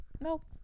Nope